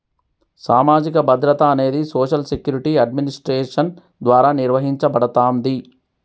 సామాజిక భద్రత అనేది సోషల్ సెక్యూరిటీ అడ్మినిస్ట్రేషన్ ద్వారా నిర్వహించబడతాంది